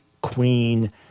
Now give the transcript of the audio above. queen